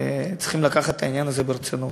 צריכים לקחת את העניין הזה ברצינות.